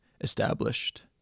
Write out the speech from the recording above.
established